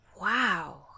Wow